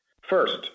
First